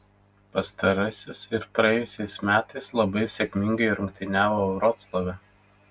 pastarasis ir praėjusiais metais labai sėkmingai rungtyniavo vroclave